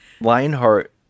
Lionheart